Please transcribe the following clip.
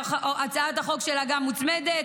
שהצעת החוק שלה גם מוצמדת,